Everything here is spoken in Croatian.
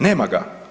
Nema ga.